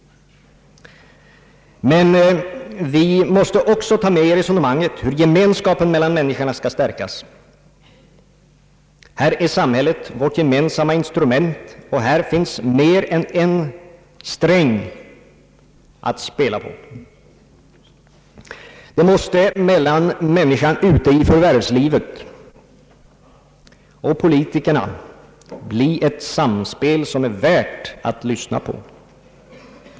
Men vi måste också ta med i resonemanget att gemenskapen mellan människorna skall stärkas. Här är samhället vårt gemensamma instrument och här finns mer än en sträng att spela på. Det måste mellan människan ute i förvärvslivet och politikerna bli ett samspel som är värt att lyssna på.